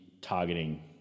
targeting